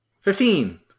Fifteen